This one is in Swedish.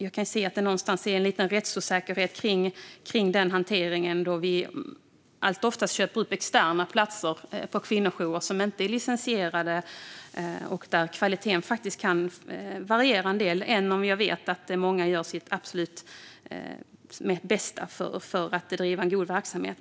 Jag kan se att det någonstans finns en liten rättsosäkerhet kring denna hantering. Vi köper oftast upp externa platser på kvinnojourer som inte är licensierade och där kvaliteten kan variera en del, även om jag vet att många gör sitt absolut bästa för att bedriva en god verksamhet.